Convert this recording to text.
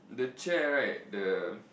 the chair right the